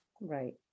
Right